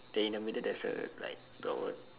they in the middle there's a like